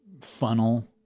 funnel